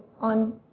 on